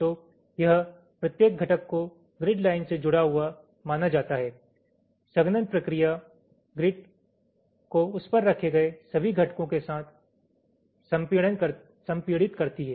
तो यहां प्रत्येक घटक को ग्रिड लाइन से जुड़ा हुआ माना जाता है संघनन प्रक्रिया ग्रिड को उस पर रखे गए सभी घटकों के साथ संपीड़ित करती है